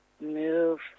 Move